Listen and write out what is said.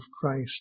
Christ